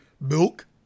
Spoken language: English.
milk